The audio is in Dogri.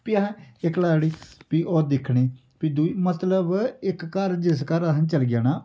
फ्ही असैं इक लानी फ्ही ओ दिक्खनी फ्ही दूई मतलब इक घर जिस घर असें चली जाना